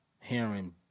hearing